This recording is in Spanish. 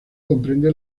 comprende